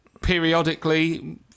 periodically